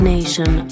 Nation